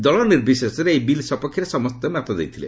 ଦଳ ନିର୍ବିଶେଷରେ ଏହି ବିଲ୍ ସପକ୍ଷରେ ସମସ୍ତେ ମତ ଦେଇଥିଲେ